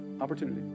opportunity